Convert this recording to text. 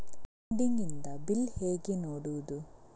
Pending ಇದ್ದ bill ಹೇಗೆ ನೋಡುವುದು?